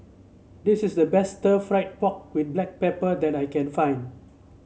this is the best fried pork with Black Pepper that I can find